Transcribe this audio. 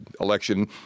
election